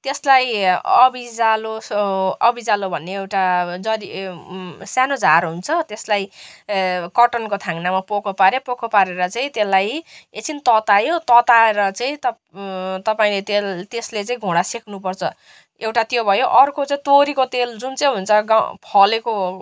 त्यसलाई अबिजालो अबिजालो भन्ने एउटा जडी सानो झार हुन्छ त्यस्लाई कटनको थाङ्नामा पोको पाऱ्यो पोको पारेर चाहिँ त्यसलाई एकछिन ततायो तताएर चाहिँ तप तपाईँले त्यसले चाहिँ घुँडा सेक्नु पर्छ एउटा त्यो भयो अर्को चाहिँ तोरीको तेल जुन चाहिँ हुन्छ ग फलेको